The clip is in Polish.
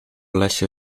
lesie